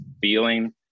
feeling